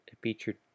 featured